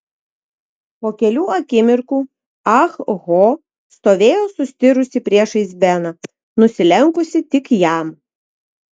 po kelių akimirkų ah ho stovėjo sustirusi priešais beną nusilenkusi tik jam